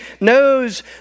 knows